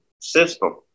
system